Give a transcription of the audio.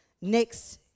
Next